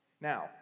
Now